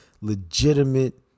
legitimate